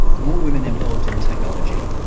the more women involved in technology,